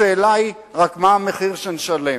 השאלה היא רק מה המחיר שנשלם.